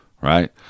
right